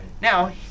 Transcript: Now